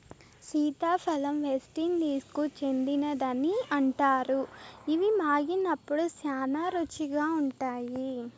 సీతాఫలం వెస్టిండీస్కు చెందినదని అంటారు, ఇవి మాగినప్పుడు శ్యానా రుచిగా ఉంటాయి